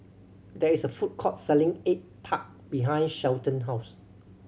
there is a food court selling egg tart behind Shelton house